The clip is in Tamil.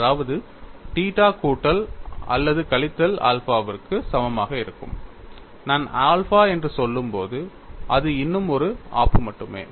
அதாவது தீட்டா கூட்டல் அல்லது கழித்தல் ஆல்பாவுக்கு சமமாக இருக்கும்போது நான் ஆல்பா என்று சொல்லும்போது அது இன்னும் ஒரு ஆப்பு மட்டுமே